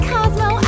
Cosmo